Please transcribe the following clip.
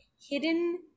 hidden